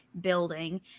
building